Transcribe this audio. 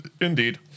Indeed